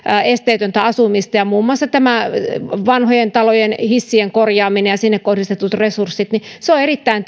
esteetöntä asumista muun muassa vanhojen talojen hissien korjaaminen ja sinne kohdistetut resurssit ovat erittäin